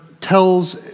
tells